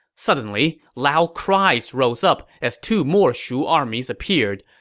suddenly, loud cries rose up as two more shu armies appeared.